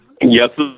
Yes